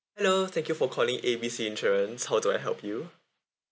hello thank you for calling A B C insurance how do I help you